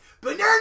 Banana